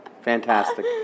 Fantastic